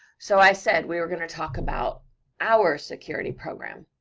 so i said we were gonna talk about our security program,